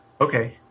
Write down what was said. okay